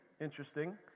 interesting